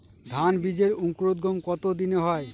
ধান বীজের অঙ্কুরোদগম কত দিনে হয়?